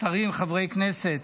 שרים, חברי כנסת,